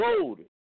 road